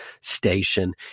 station